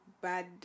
bad